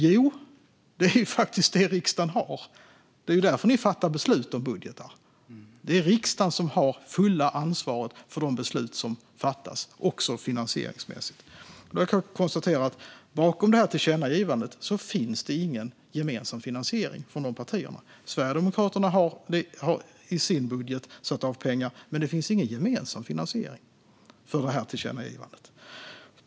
Jo, det är faktiskt det riksdagen har. Det är därför ni fattar beslut om budgetar. Det är riksdagen som har det fulla ansvaret för de beslut som fattas, även finansieringsmässigt. Jag kan konstatera att det bakom tillkännagivandet inte finns någon gemensam finansiering från partierna i fråga. Sverigedemokraterna har satt av pengar i sin budget, men det finns ingen gemensam finansiering för detta tillkännagivande.